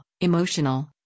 emotional